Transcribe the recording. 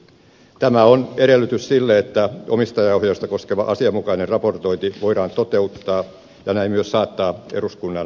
tämä on edellytys sille että omistajaohjausta koskeva asianmukainen raportointi voidaan toteuttaa ja näin myös saattaa eduskunnan käsittelyyn